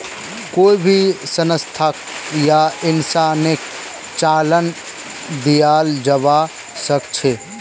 कोई भी संस्थाक या इंसानक चालान दियाल जबा सख छ